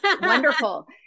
Wonderful